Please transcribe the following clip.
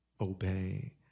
obey